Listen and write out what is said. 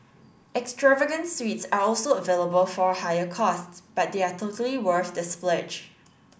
extravagant suites are also available for a higher cost but they are totally worth the splurge